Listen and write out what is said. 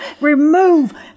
remove